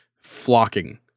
flocking